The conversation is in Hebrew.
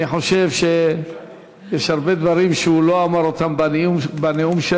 אני חושב שיש הרבה דברים שהוא לא אמר בנאום שלו.